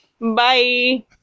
Bye